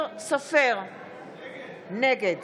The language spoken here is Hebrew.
נגד